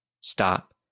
stop